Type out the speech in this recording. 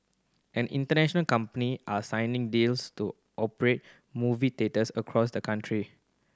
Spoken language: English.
and international company are signing deals to operate movie theatres across the country